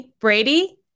Brady